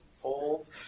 Hold